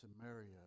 Samaria